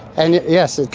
and yes,